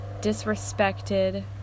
disrespected